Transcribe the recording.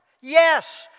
Yes